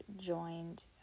joined